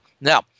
Now